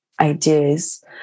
ideas